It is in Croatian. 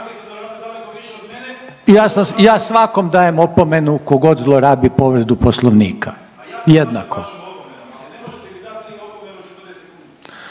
ja svakom dajem opomenu ko god zlorabi povredu poslovnika jednako…